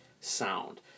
sound